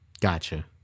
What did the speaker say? Gotcha